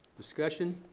discussion.